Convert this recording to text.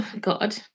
God